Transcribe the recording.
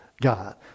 God